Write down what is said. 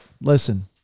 listen